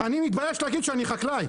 אני מתבייש להגיד שאני חקלאי,